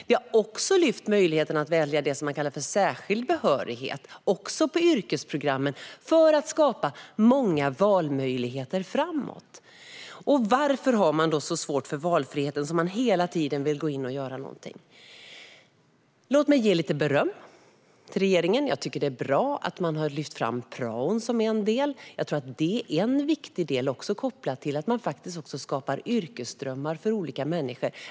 Vi har också lyft fram möjligheten att välja det som kallas särskild behörighet, även på yrkesprogrammen, för att skapa många valmöjligheter framåt. Varför har regeringspartierna så svårt för valfriheten att de hela tiden vill gå in och göra någonting? Låt mig ge lite beröm till regeringen. Jag tycker att det är bra att man har lyft fram praon som en del. Det tror jag är en viktig del kopplad till att man faktiskt skapar yrkesdrömmar för olika människor.